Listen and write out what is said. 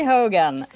Hogan